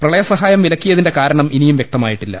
പ്രളയ സഹായം വിലക്കിയതിന്റെ കാരണം ഇനിയും വൃക്തമായിട്ടില്ല